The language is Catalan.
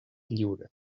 lliure